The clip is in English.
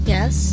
Yes